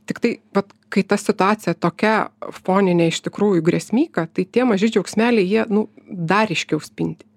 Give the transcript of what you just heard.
tiktai vat kai ta situacija tokia foninė iš tikrųjų grėsmyka tai tie maži džiaugsmeliai jie nu dar ryškiau spindi